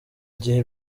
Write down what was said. gihe